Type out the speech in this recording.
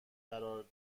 قرار